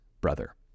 brother